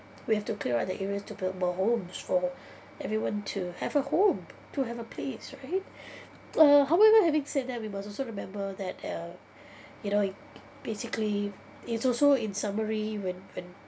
we have to clear out the areas to build more homes for everyone to have a home to have a place right uh however having said that we must also remember that uh you know it basically it's also in summary when when